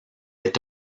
est